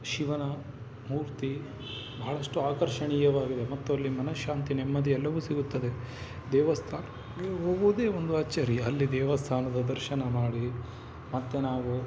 ಶಿವನ ಮೂರ್ತಿ ಬಹಳಷ್ಟು ಆಕರ್ಷಣೀಯವಾಗಿದೆ ಮತ್ತು ಅಲ್ಲಿ ಮನಃಶಾಂತಿ ನೆಮ್ಮದಿ ಎಲ್ಲವೂ ಸಿಗುತ್ತದೆ ದೇವಸ್ಥಾನಕ್ಕೆ ಹೋಗೋದೇ ಒಂದು ಅಚ್ಚರಿ ಅಲ್ಲಿ ದೇವಸ್ಥಾನದ ದರ್ಶನ ಮಾಡಿ ಮತ್ತು ನಾವು